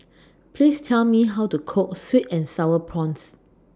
Please Tell Me How to Cook Sweet and Sour Prawns